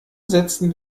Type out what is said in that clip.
setzen